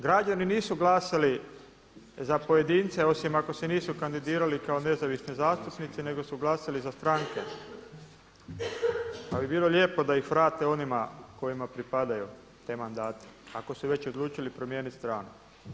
Građani nisu glasali za pojedince osim ako se nisu kandidirali kao nezavisni zastupnici, nego su glasali za stranke, ali bi bilo lijepo da ih vrate onima kojima pripadaju ti mandati ako su već odlučili promijeniti stranu.